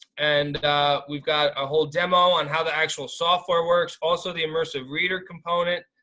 and we've got a whole demo on how the actual software works, also the immersive reader component,